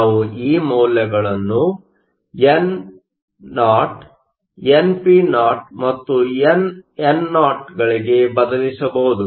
ನಾವು ಈ ಮೌಲ್ಯಗಳನ್ನು no npo ಮತ್ತು nno ಗಳಿಗೆ ಬದಲಿಸಬಹುದು